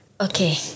Okay